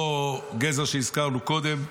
אותו גזר שהזכרנו קודם,